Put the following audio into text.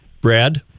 Brad